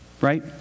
Right